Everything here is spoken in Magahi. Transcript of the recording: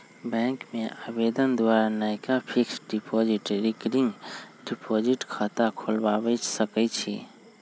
बैंक में आवेदन द्वारा नयका फिक्स्ड डिपॉजिट, रिकरिंग डिपॉजिट खता खोलबा सकइ छी